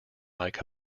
mike